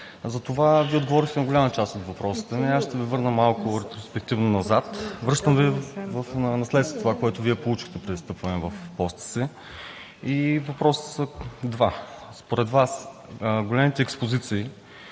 Затова Вие отговорихте на голяма част от въпросите. Аз ще Ви върна малко ретроспективно назад. Връщам Ви в наследство – това, което Вие получихте при встъпване в поста си, и въпросите са два: според Вас големите експозиции